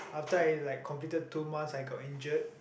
after I like completed two months I got injured